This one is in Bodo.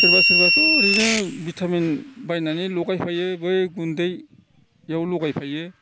सोरबा सोरबाथ'ओरैनो भिटामिन बायनानै लगायफायोबो बे गुन्दैआव लगायफायो